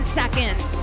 seconds